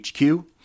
HQ